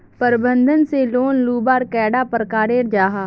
प्रबंधन से लोन लुबार कैडा प्रकारेर जाहा?